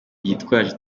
yitwaje